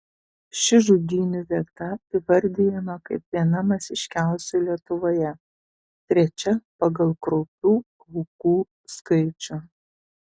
ši žudynių vieta įvardijama kaip viena masiškiausių lietuvoje trečia pagal kraupių aukų skaičių